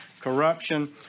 corruption